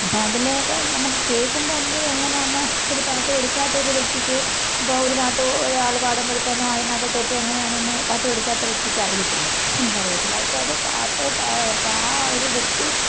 അപ്പോൾ അതിലേക്ക് നമുക്ക് കേൾക്കുമ്പോൾ അതിൽ എങ്ങനെയാണെന്ന് ഒരു പാട്ട് പഠിക്കാത്തൊരു വ്യക്തിക്ക് ഇപ്പോൾ ഒരു പാട്ട് ഒരാൾ പാടുമ്പോഴത്തേനും അതിനകത്തെ തെറ്റ് എങ്ങനെയാണെന്ന് പാട്ട് പഠിക്കാത്ത വ്യക്തിക്ക് അറിയത്തില്ല എനിക്കറിയത്തില്ല പക്ഷേ അതു പാട്ട് ആ ഒരു വ്യക്തി